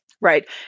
right